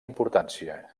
importància